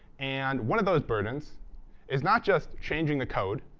and one of those burdens is not just changing the code,